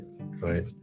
right